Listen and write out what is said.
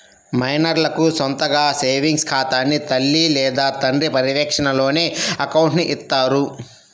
మైనర్లకు సొంతగా సేవింగ్స్ ఖాతాని తల్లి లేదా తండ్రి పర్యవేక్షణలోనే అకౌంట్ని ఇత్తారు